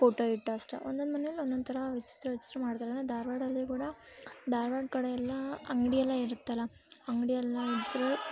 photo ಇತ್ತು ಅಷ್ಟೇ ಒಂದೊಂದು ಮನೆಯಲ್ಲಿ ಒಂದೊಂದು ಥರ ವಿಚಿತ್ರ ವಿಚಿತ್ರ ಮಾಡ್ತಾರೆ ಅಂದರೆ ಧಾರವಾಡಲ್ಲಿ ಕೂಡ ಧಾರ್ವಾಡ ಕಡೆ ಎಲ್ಲ ಅಂಗಡಿ ಎಲ್ಲ ಇರುತ್ತಲ್ಲ ಅಂಗಡಿ ಎಲ್ಲ ಇದ್ದರೂ